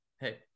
hey